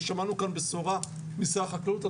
ושמענו כאן בשורה משר החקלאות.